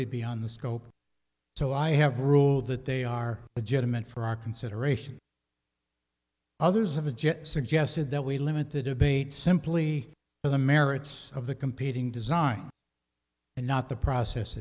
be beyond the scope so i have ruled that they are the gentleman for our consideration others of a jet suggested that we limit the debate simply for the merits of the competing design and not the process